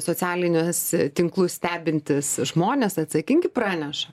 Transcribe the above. socialinius tinklus stebintys žmonės atsakingi praneša